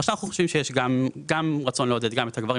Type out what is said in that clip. ועכשיו אנחנו חושבים שיש רצון לעודד את גם הגברים